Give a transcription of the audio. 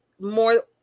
more